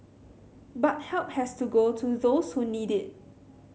but help has to go to those who need it